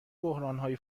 بحرانهای